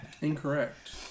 Incorrect